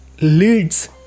leads